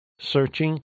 searching